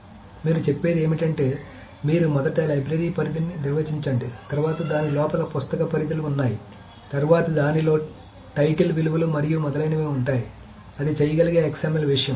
కాబట్టి మీరు చెప్పేది ఏమిటంటే మీరు మొదట లైబ్రరీ పరిధిని నిర్వచించండి తర్వాత దాని లోపల పుస్తక పరిధులు ఉన్నాయి తర్వాత దానిలో టైటిల్ విలువలు మరియు మొదలైనవి ఉంటాయి అది చేయగలిగే XML విషయం